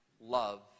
love